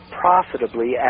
profitably